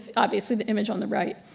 obviously, the image on the right.